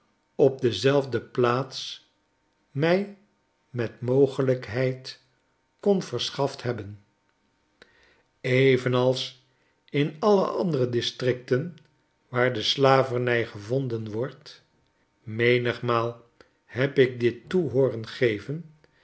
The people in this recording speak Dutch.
op dezelfde plaats mij met mogelijkheid kon verschaft hebben evenals in alle andere districten waar de slavernij gevonden wordt menigmaal heb ik dit